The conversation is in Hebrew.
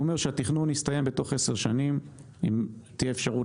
הוא אומר שהתכנון יסתיים בתוך עשר שנים ותהיה אפשרות